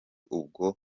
ubwo